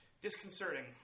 disconcerting